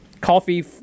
coffee